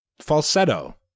Falsetto